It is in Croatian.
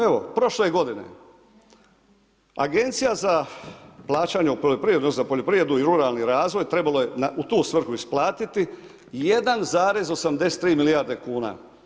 Evo, prošle godine, Agencija za plaćanje u poljoprivredi, za poljoprivredu i ruralni razvoj trebalo je u tu svrhu isplatiti 1,83 milijarde kuna.